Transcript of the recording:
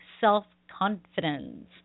self-confidence